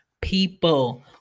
People